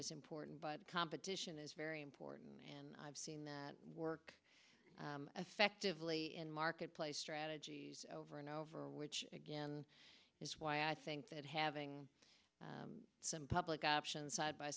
is important but competition is very important and i've seen that work effectively in marketplace strategies over and over which again is why i think that having some public option side by